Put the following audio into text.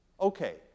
Okay